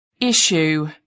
issue